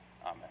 Amen